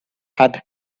had